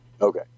okay